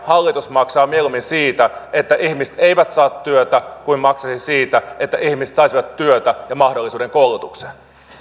hallitus maksaa mieluummin siitä että ihmiset eivät saa työtä kuin maksaisi siitä että ihmiset saisivat työtä ja mahdollisuuden koulutukseen